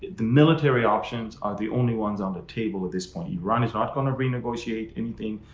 the military options are the only ones on the table at this point. iran is not going to renegotiate anything.